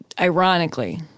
ironically